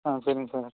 ஆ சரிங்க சார்